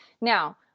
Now